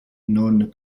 non